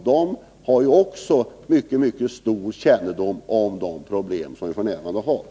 De har ju också mycket stor kännedom om de problem som vi f. n. har.